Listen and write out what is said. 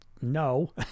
no